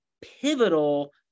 pivotal